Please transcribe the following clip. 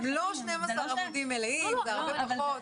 הם לא 12 עמודים מלאים, זה הרבה פחות,